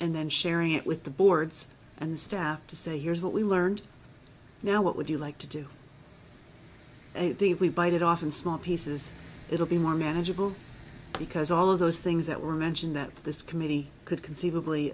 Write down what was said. and then sharing it with the boards and staff to say here's what we learned now what would you like to do we bite it off in small pieces it will be more manageable because all of those things that were mentioned that this committee could conceivably